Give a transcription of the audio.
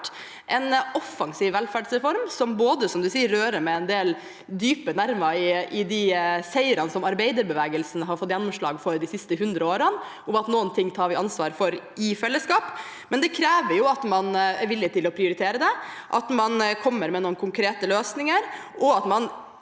statsministeren sier – rører ved en del dype nerver i de seirene som arbeiderbevegelsen har fått gjennomslag for de siste 100 årene, om at noe tar vi ansvar for i fellesskap. Men det krever at man er villig til å prioritere det, at man kommer med noen konkrete løsninger, og at man ikke